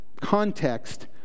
context